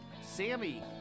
Sammy